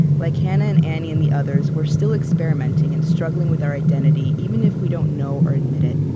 like hannah and annie and the others, we're still experimenting and struggling with our identity, even if we don't know or admit it.